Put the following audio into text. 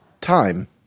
time